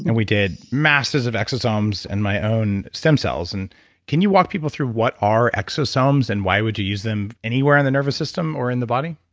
and we did masses of exosomes and my own stem cells and can you walk people through what are exosomes and why would you use them anywhere in the nervous system or in the body?